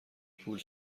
پول